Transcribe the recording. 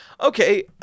Okay